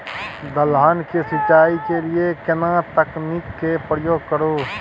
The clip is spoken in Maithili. दलहन के सिंचाई के लिए केना तकनीक के प्रयोग करू?